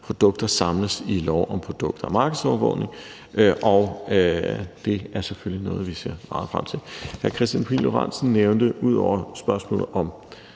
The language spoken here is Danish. produkter samles i lov om produkter og markedsovervågning, og det er selvfølgelig noget, vi ser meget frem til. Hr. Kristian Pihl Lorentzen nævnte et andet spørgsmål ud